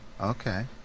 Okay